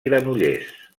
granollers